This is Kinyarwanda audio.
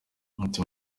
ati